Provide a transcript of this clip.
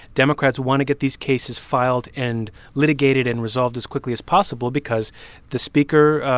democrats want to get these cases filed and litigated and resolved as quickly as possible because the speaker,